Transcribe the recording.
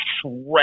shred